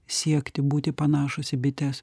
siekti būti panašūs į bites